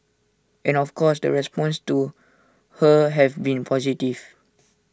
and of course the responses to her have been positive